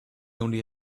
only